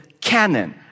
canon